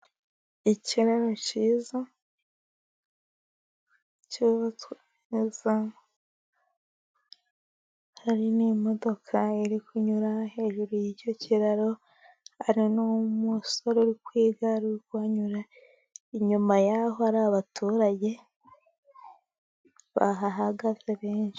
Ikiraro cyiza cyubatswe neza, hari n'imodoka iri kunyura hejuru y'icyo kiraro hari n'umusore uri ku igare uri kuhanyura, inyuma yaho hari abaturage bahahagaze benshi.